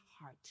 heart